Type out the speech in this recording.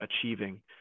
achieving